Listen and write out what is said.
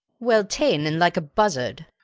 well ta'en, and like a buzzard.